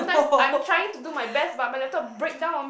I'm trying to do my best but my laptop breakdown